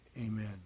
amen